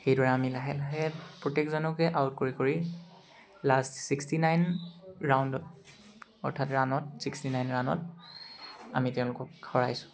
সেইদৰে আমি লাহে লাহে প্ৰত্যেকজনকে আউট কৰি কৰি লাষ্ট ছিক্সটি নাইন ৰাউণ্ডত অৰ্থাৎ ৰাণত ছিক্সটি নাইন ৰাণত আমি তেওঁলোকক হৰাইছোঁ